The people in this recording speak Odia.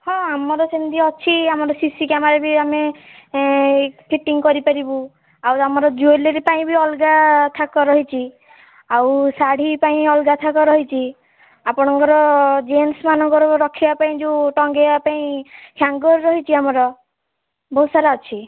ହଁ ଆମର ସେମିତି ଅଛି ଆମର ସି ସି କ୍ୟାମେରା ବି ଆମେ ଫିଟିଂ କରିପାରିବୁ ଆଉ ଆମର ଜୁଏଲାରୀ ପାଇଁ ବି ଅଲଗା ଥାକ ରହିଛି ଆଉ ଶାଢ଼ୀ ପାଇଁ ଅଲଗା ଥାକ ରହିଛି ଆପଣଙ୍କର ଜେଷ୍ଟସ ମାନଙ୍କର ରଖିବା ପାଇଁ ଯେଉଁ ଟଙ୍ଗାଇବା ପାଇଁ ହ୍ୟାଙ୍ଗର୍ ରହିଛି ଆମର ବହୁତ ସାରା ଅଛି